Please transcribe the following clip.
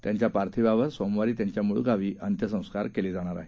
त्यांच्या पार्थिवावर सोमवारी त्यांच्या मूळगावी अंत्यसंस्कार केले जाणार आहेत